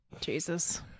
Jesus